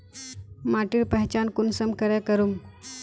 माटिर पहचान कुंसम करे करूम?